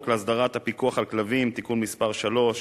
להסדרת הפיקוח על כלבים (תיקון מס' 3),